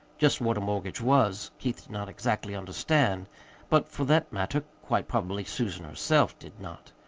just what a mortgage was, keith did not exactly understand but, for that matter, quite probably susan herself did not.